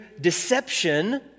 deception